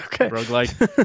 Okay